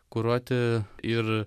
kuruoti ir